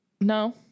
No